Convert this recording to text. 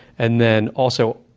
and then also,